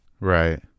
Right